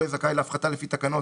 לא יהיה זכאי להפחתה לפי תקנת